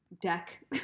deck